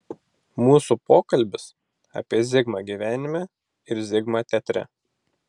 mūsų pokalbis apie zigmą gyvenime ir zigmą teatre